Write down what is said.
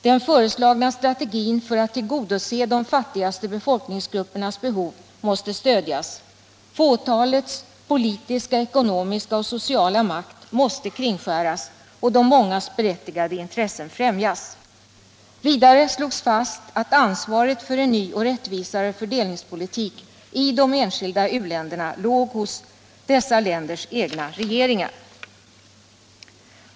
Den föreslagna strategin för att tillgodose de viktigaste befolkningsgruppernas behov måste stödjas, fåtalets politiska, ekonomiska och sociala makt måste kringskäras och de mångas berättigade intressen främjas. Vidare slogs fast att ansvaret för en ny och rättvisare fördelningspolitik i de enskilda u-länderna låg hos dessa länders egna regeringar.